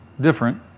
different